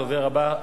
הדובר הבא,